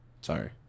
Sorry